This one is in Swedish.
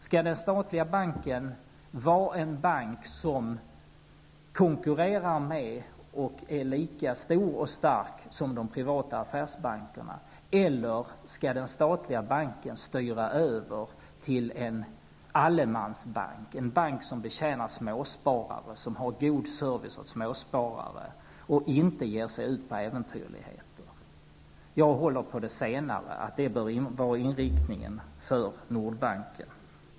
Skall den statliga banken vara en bank som konkurrerar med och är lika stor och stark som de privata affärsbankerna? Eller skall den statliga banken styra över till en allemansbank, en bank som betjänar småsparare, som har god service åt småsparare och som inte ger sig ute på äventyrligheter? Jag håller på att det senare bör vara inriktningen för Nordbanken.